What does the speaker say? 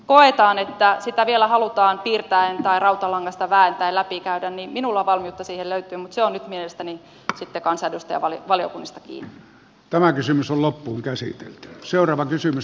jos koetaan että sitä vielä halutaan piirtäen tai rautalangasta vääntäen läpi käydä niin minulla valmiutta siihen löytyy mutta se on nyt mielestäni sitä kansanedustaja vali valiokunnistakin tämä kysymys on sitten kansanedustajista ja valiokunnista kiinni